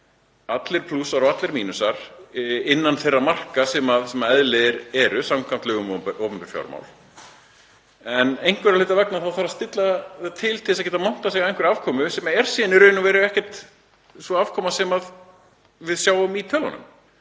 allir plúsar og allir mínusar innan þeirra marka sem eðlilegir eru samkvæmt lögum um opinber fjármál. En einhverra hluta vegna þá þarf að stilla þetta til, til að geta montað sig af einhverri afkomu sem er síðan í raun og veru ekkert sú afkoma sem við sjáum í tölunum.